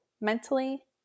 mentally